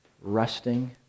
resting